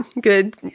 good